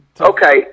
okay